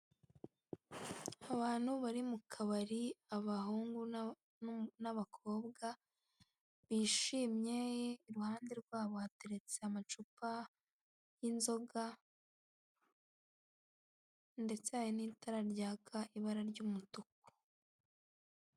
Abantu bari mu kabari abahungu n'abakobwa bishimye, iruhande rwabo hateretse amacupa y'inzoga ndetse hari n'itara ryaka ibara ry'umutuku.